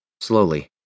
Slowly